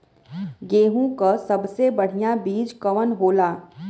गेहूँक सबसे बढ़िया बिज कवन होला?